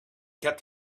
kept